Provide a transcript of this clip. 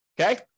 okay